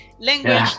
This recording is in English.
language